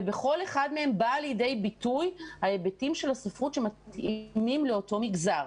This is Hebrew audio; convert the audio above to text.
בכל אחד מהם באים לידי ביטוי ההיבטים של הספרות שמתאימים לאותו מגזר.